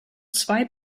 zwei